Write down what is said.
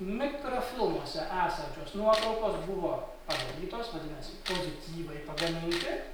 mikrofilmuose esančios nuotraukos buvo padarytos vadinasi pozityvai pagaminti